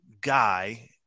guy